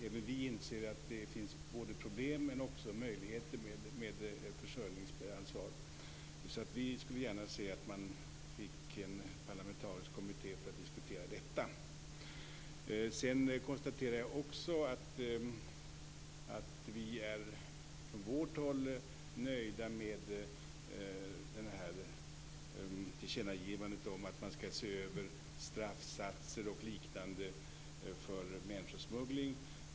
Även vi inser att det finns problem men också möjligheter med ett försörjningsansvar. Vi skulle gärna se att man fick en parlamentarisk kommitté för att diskutera detta. Sedan konstaterar jag också att vi från vårt håll är nöjda med tillkännagivandet om att man skall se över straffsatser och liknande för människosmuggling.